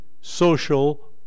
social